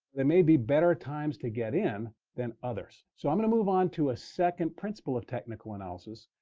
there may be better times to get in than others. so i'm going to move on to a second principle of technical analysis,